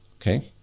okay